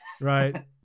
Right